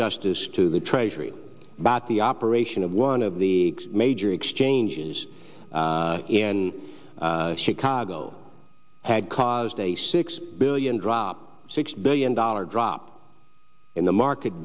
justice to the treasury about the operation of one of the major exchanges in chicago had caused a six billion drop six billion dollars drop in the market